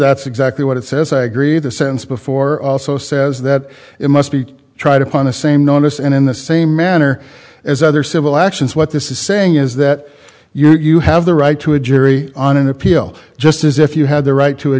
that's exactly what it says i agree the sentence before also says that it must be trying to put on the same notice and in the same manner as other civil actions what this is saying is that you are you have the right to a jury on an appeal just as if you had the right to a